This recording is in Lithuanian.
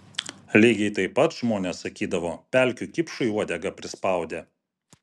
lygiai taip pat žmonės sakydavo pelkių kipšui uodegą prispaudė